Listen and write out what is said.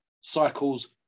cycles